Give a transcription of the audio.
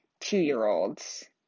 two-year-olds